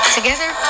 Together